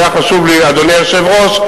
אדוני היושב-ראש,